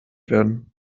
werden